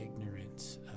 ignorance